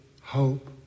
hope